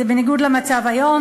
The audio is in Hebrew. זה בניגוד למצב היום,